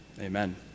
Amen